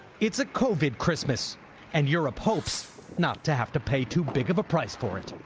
it's a covid christmas and europe hopes not to have to pay too big of a price for it.